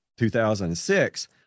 2006